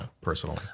personally